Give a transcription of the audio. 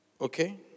Okay